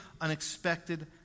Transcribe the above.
unexpected